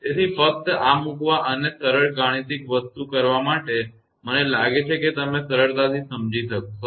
તેથી ફક્ત આ મૂકવા અને આ સરળ ગાણિતિક વસ્તુ કરવા માટે મને લાગે છે કે તમે સરળતાથી સમજી શકશો